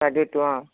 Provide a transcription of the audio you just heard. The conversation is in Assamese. তাকেটো অঁ